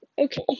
Okay